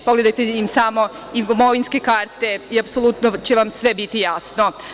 Pogledajte im samo imovinske karte i apsolutno će vam sve biti jasno.